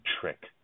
trick